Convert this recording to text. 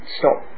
stop